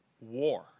war